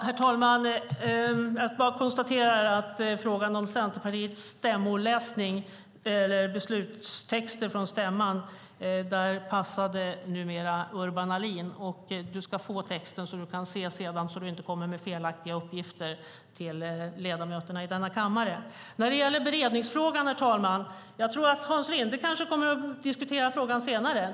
Herr talman! Jag konstaterar att Urban Ahlin nu passade i frågan om läsningen av texter från Centerpartiets stämma. Du ska få texten sedan, så att du kan se den och inte kommer med felaktiga uppgifter till ledamöterna av denna kammare. Beredningsfrågan kanske Hans Linde kommer att diskutera senare.